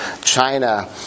China